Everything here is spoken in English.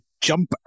jump